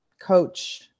coach